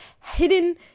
hidden